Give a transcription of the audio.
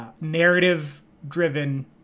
narrative-driven